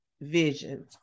vision